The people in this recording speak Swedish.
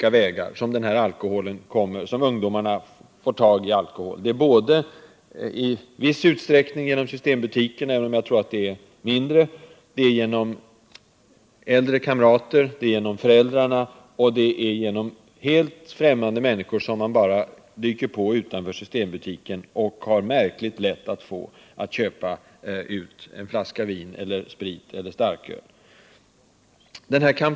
I viss utsträckning sker det genom besök i systembutikerna, även om jag för min del tror att det sker i ganska liten omfattning. Vidare sker det genom äldre kamrater, föräldrar och genom helt främmande människor, som ungdomarna dyker på utanför systembutiken och som påfallande lätt kan fås att köpa ut vin, sprit eller starköl åt personer under tjugo år.